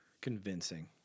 convincing